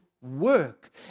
work